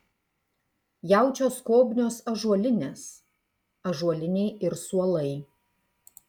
jaučio skobnios ąžuolinės ąžuoliniai ir suolai